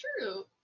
True